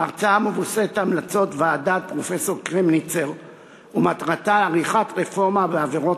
ההצעה מבוססת על המלצות ועדת פרופסור קרמניצר ומטרתה עריכת רפורמה בעבירות